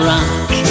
Rock